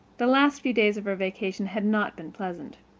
the last few days of her vacation had not been pleasant.